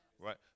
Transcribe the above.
Right